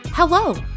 Hello